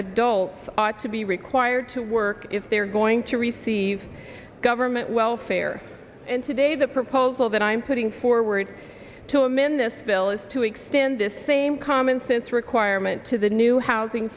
adults ought to be required to work if they're going to receive government welfare and today the proposal that i'm putting forward to him in this bill is to extend this same commonsense requirement to the new housing